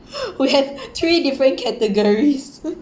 we have three different categories